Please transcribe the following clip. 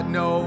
no